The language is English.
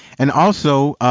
and also